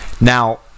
Now